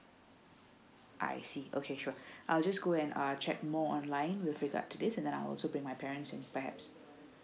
I see okay sure I'll just go and uh check more online with regard to this and I'll also bring my parents in perhaps